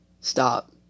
stop